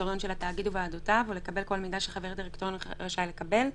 התקין של ההליך ואת השמירה על